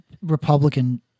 republican